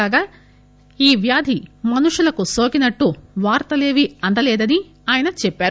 కాగా ఈ వ్యాధి మనుషులకు నోకినట్లు వార్తలేవి అందలేవని ఆయన చెప్పారు